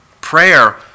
Prayer